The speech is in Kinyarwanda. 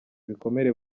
ibikomere